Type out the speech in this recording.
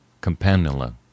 Campanula